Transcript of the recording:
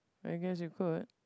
I guess you could